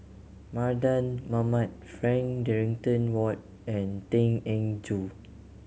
Mardan Mamat Frank Dorrington Ward and Tan Eng Joo